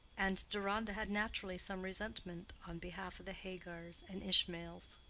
and deronda had naturally some resentment on behalf of the hagars and ishmaels.